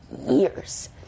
years